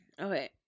Okay